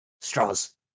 Straws